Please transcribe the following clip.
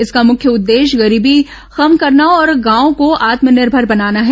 इसका मुख्य उद्देश्य गरीबी कम करना और गांवों को आत्मनिर्भर बनाना है